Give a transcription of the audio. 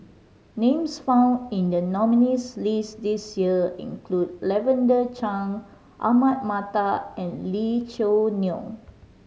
names found in the nominees' list this year include Lavender Chang Ahmad Mattar and Lee Choo Neo